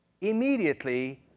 immediately